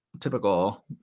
typical